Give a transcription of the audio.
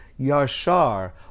Yashar